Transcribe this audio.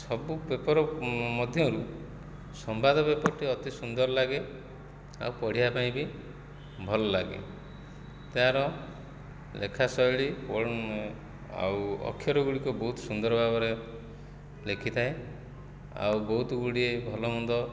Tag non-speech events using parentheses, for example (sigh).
ସବୁ ପେପର୍ ମଧ୍ୟରୁ ସମ୍ବାଦ ପେପର୍ଟି ଅତି ସୁନ୍ଦର ଲାଗେ ଆଉ ପଢ଼ିବା ପାଇଁ ବି ଭଲ ଲାଗେ ତା'ର ଲେଖାଶୈଳୀ (unintelligible) ଆଉ ଅକ୍ଷର ଗୁଡ଼ିକ ବହୁତ ସୁନ୍ଦର ଭାବରେ ଲେଖିଥାଏ ଆଉ ବହୁତ ଗୁଡ଼ିଏ ଭଲମନ୍ଦ